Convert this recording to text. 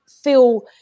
feel